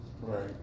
Right